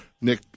Nick